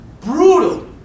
Brutal